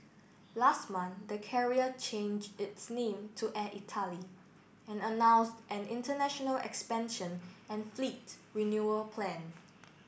last month the carrier change its name to Air Italy and announced an international expansion and fleet renewal plan